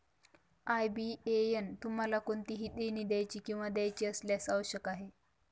IBAN तुम्हाला कोणतेही देणी द्यायची किंवा घ्यायची असल्यास आवश्यक आहे